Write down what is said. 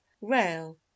rail